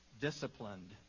disciplined